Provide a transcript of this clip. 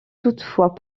toutefois